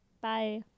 Bye